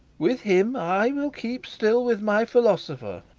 with him i will keep still with my philosopher.